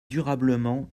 durablement